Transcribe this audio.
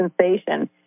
sensation